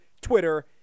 Twitter